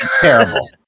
Terrible